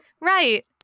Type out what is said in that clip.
Right